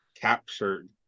captured